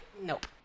nope